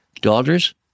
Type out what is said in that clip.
Daughters